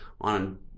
on